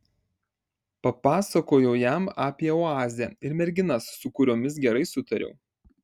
papasakojau jam apie oazę ir merginas su kuriomis gerai sutariau